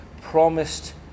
promised